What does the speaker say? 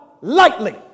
lightly